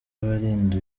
abarinda